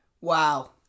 Wow